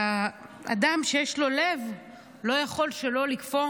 אדם שיש לו לב לא יכול שלא לקפוא